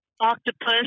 Octopus